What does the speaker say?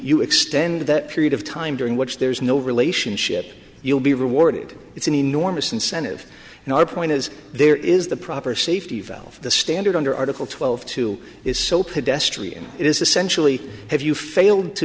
you extend that period of time during which there's no relationship you'll be rewarded it's an enormous incentive and i point is there is the proper safety valve the standard under article twelve two is so pedestrian it is essentially have you failed to